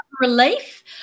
relief